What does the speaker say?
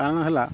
କାରଣ ହେଲା